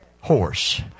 horse